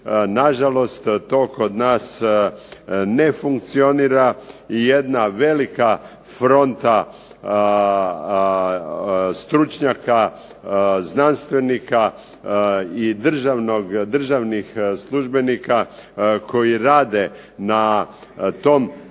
nažalost to kod nas ne funkcionira i jedna velika fronta stručnjaka, znanstvenika i državnih službenika koji rade na tom